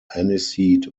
aniseed